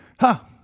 Ha